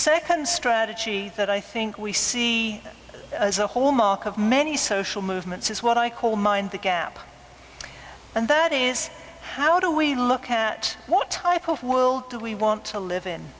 second strategy that i think we see as a whole mark of many social movements is what i call mind the gap and that is how do we look at what type of we'll do we want to live in